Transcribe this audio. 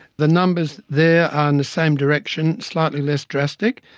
the numbers there are in the same direction, slightly less drastic,